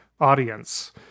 audience